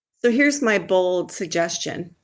so here's my bold suggestion.